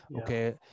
okay